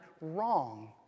wrong